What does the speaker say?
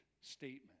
statement